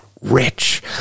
rich